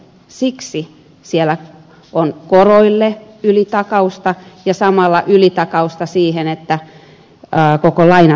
siksi siellä on koroille ylitakausta ja samalla ylitakausta koko lainasummalle